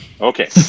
okay